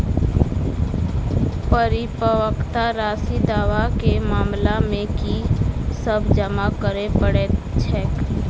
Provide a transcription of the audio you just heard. परिपक्वता राशि दावा केँ मामला मे की सब जमा करै पड़तै छैक?